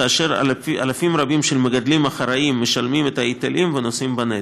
כאשר אלפים רבים של מגדלים אחראיים משלמים את ההיטלים ונושאים בנטל.